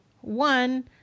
One